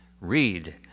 read